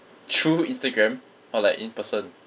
through instagram or like in person